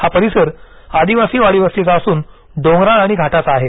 हा परिसर आदिवासी वाडीवस्तीचा असून डोंगराळ आणि घाटाचा आहे